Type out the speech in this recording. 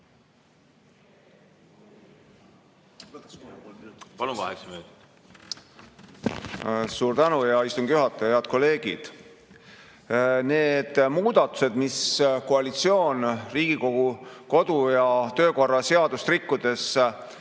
Suur tänu, hea istungi juhataja! Head kolleegid! Need muudatused, mis koalitsioon Riigikogu kodu‑ ja töökorra seadust rikkudes